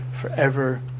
forever